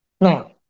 Now